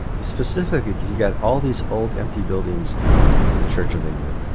he's specifically got all these old empty buildings in the church of england